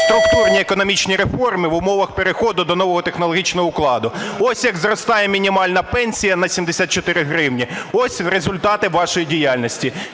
структурні економічні реформи в умовах переходу до нового технологічного укладу, ось як зростає мінімальна пенсія на 74 гривні, ось результати вашої діяльності.